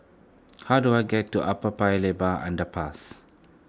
how do I get to Upper Paya Lebar Underpass